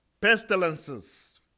pestilences